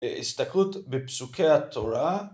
הסתכלות בפסוקי התורה